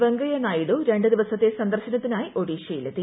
വെങ്കയ്യ നായിഡു രണ്ട് ദിവസത്തെ സന്ദർശനത്തിനായി ഒഡീഷയിലെത്തി